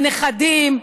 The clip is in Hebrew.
הנכדים,